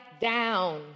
down